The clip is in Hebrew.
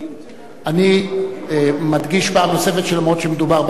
אני מדגיש פעם נוספת שלמרות שמדובר בהצעה לסדר-היום